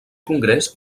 congrés